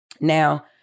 Now